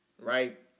right